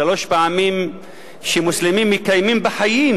שלוש פעמים שמוסלמים מקיימים בחיים,